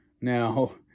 Now